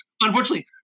Unfortunately